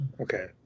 okay